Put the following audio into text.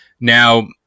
Now